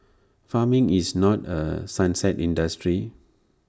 farming is not A sunset industry